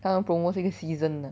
它们 promo 是一个 season 的